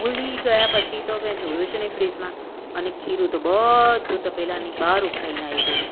ભૂલી ગયા પછી તો મેં જોયું જ નહીં ફ્રિજમાં અને ખીરું તો બધું તપેલાની બહાર ઊભરાઈને આવી ગયેલું